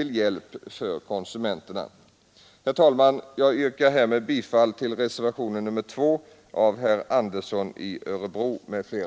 en hjälp till konsumenterna. Herr talman! Jag yrkar härmed bifall till reservationen 2 av herr Andersson i Örebro m.fl.